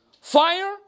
Fire